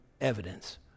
evidence